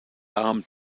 armed